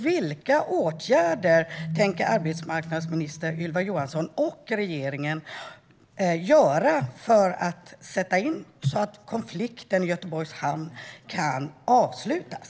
Vilka åtgärder tänker arbetsmarknadsminister Ylva Johansson och regeringen vidta för att konflikten i Göteborgs hamn ska kunna avslutas?